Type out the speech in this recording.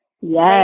Yes